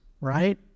right